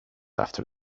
after